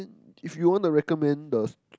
if you want to recommend the